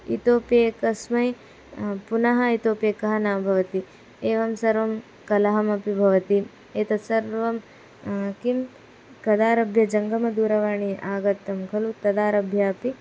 इतोपि एकस्मै पुनः इतोपि एकः न भवति एवं सर्वं कलहमपि भवति एतत् सर्वं किं कदारभ्य जङ्गमदूरवाणी आगता खलु तदारभ्य अपि